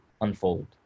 unfold